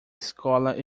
escola